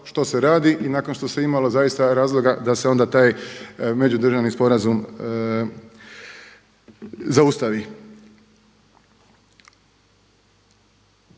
što se radi i nakon što se imalo zaista razloga da se onda taj međudržavni sporazum zaustavi.